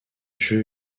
jeux